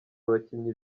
abakinnyi